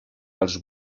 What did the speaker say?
als